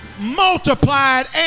multiplied